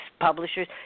publishers